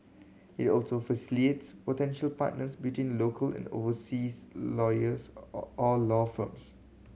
it also facilitates potential partners between local and overseas lawyers or law firms